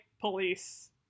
police